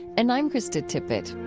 and i'm krista tippett